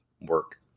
work